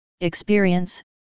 experience